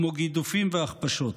כמו גידופים והכפשות.